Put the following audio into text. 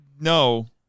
No